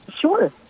Sure